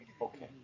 Okay